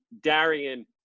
Darian